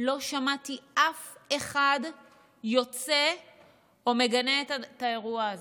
לא שמעתי אף אחד יוצא או מגנה את האירוע הזה.